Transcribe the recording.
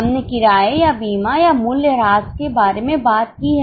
हमने किराए या बीमा या मूल्यह्रास के बारे में बात की है